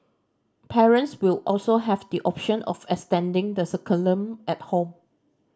parents will also have the option of extending the curriculum at home